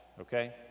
okay